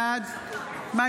בעד מאי